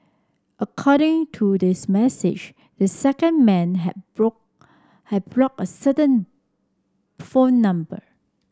according to this message this second man had had blocked a certain phone number